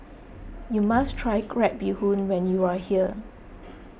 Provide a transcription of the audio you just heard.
you must try Crab Bee Hoon when you are here